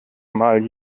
mal